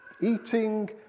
eating